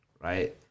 Right